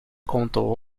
contou